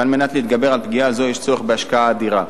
ועל מנת להתגבר על פגיעה זו יש צורך בהשקעה אדירה.